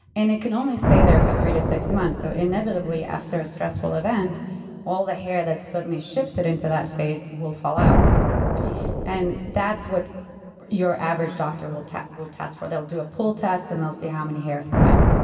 and it can only stay there for three to six months. so inevitably after a stressful event all the hair that's suddenly shifted into that phase will fall out and that's what your average doctor will test will test for. they'll do a pull test and they'll see how many hairs come out